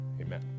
Amen